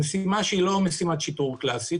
זו משימה שאינה משימת שיטור קלאסית.